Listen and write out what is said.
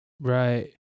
right